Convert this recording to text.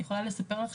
אני יכולה לספר לך,